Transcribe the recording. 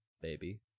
baby